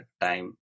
time